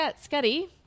Scuddy